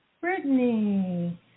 Brittany